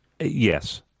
Yes